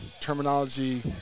Terminology